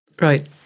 right